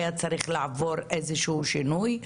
היה צריך לעבור איזה שהוא שינוי.